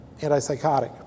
antipsychotic